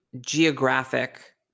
geographic